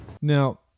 Now